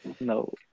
No